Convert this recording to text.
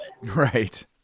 Right